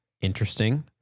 Interesting